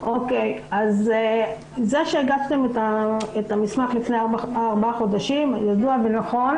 זה שהגשתן את המסמך לפני ארבעה חודשים זה ידוע ונכון.